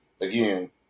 again